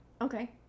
Okay